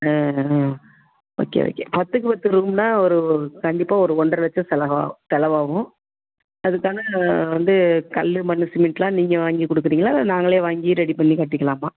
ஆ ஆ okay okay பத்துக்கு பத்து ரூம்னா ஒரு கண்டிப்பாக ஒரு ஒன்றை லட்சம் செலவா செலவாகும் அது தனி வந்து கல் மண் சிமெண்ட்லாம் நீங்கள் வாங்கி கொடுக்குறிங்களா இல்லை நாங்களே வாங்கி ரெடி பண்ணி கட்டிக்கலாமா